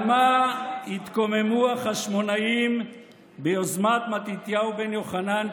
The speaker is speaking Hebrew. על מה התקוממו החשמונאים ביוזמת מתתיהו בן יוחנן,